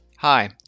Hi